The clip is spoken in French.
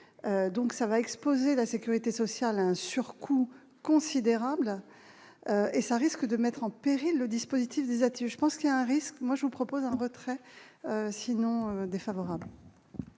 donc ça va exploser, la sécurité sociale, un surcoût considérable et ça risque de mettre en péril le dispositif des athées, je pense qu'il y a un risque, moi je vous propose un retrait sinon défavorable.